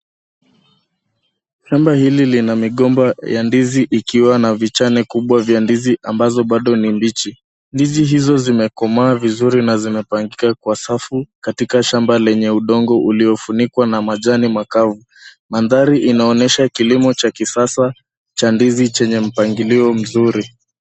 Shamba hili lina migomba ya ndizi ikiwa na vichane vikubwa vya ndizi ambazo bado ni mbichi. Ndizi hizo zimekomaa vizuri na zimepangwa kwa safu katika shamba lenye udongo uliofunikwa na majani makavu. Mandhari inaonesha kilimo cha kisasa cha ndizi chenye mpangilio mzuri.